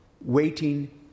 waiting